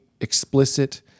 explicit